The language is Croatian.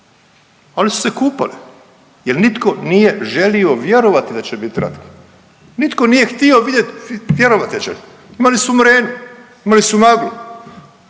Oni su se kupali jer nitko nije želio vjerovati da će biti rat. Nitko nije htio vidjet, vjerovati da će biti rat. Imali su mrenu, imali su maglu.